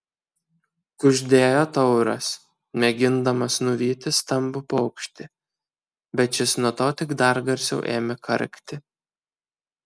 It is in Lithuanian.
kuždėjo tauras mėgindamas nuvyti stambų paukštį bet šis nuo to tik dar garsiau ėmė karkti